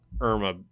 Irma